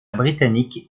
britannique